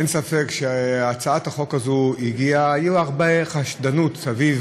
אין ספק שהצעת החוק הזאת, הייתה הרבה חשדנות סביב